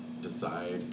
decide